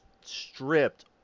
stripped